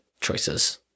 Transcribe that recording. choices